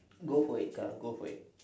go for it ka go for it